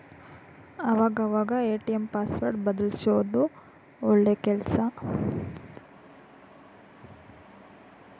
ಆವಾಗ ಅವಾಗ ATM password ಬದಲ್ಯಿಸೋದು ಒಳ್ಳೆ ಕೆಲ್ಸ